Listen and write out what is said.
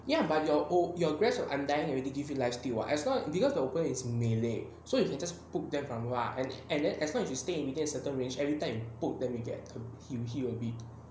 ya but oh your grasp of undying already give you life steal [what] as long because the open is melee so you can just put them from !wah! and and that as long as you stay within a certain range everytime put them we get to heal heal a bit